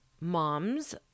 moms